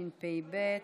התשפ"ב 2021,